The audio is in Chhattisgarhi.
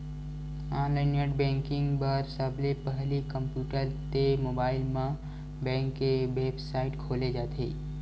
ऑनलाईन नेट बेंकिंग बर सबले पहिली कम्प्यूटर ते मोबाईल म बेंक के बेबसाइट खोले जाथे